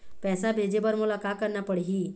पैसा भेजे बर मोला का करना पड़ही?